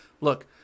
Look